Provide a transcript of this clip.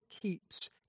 keeps